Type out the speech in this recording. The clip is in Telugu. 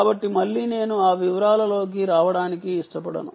కాబట్టి మళ్ళీ నేను ఆ వివరాలలోకి రావటానికి ఇష్టపడను